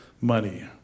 money